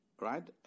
Right